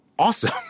awesome